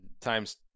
times